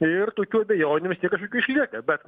ir tokių abejonių vis tiek kažkokių išlieka bet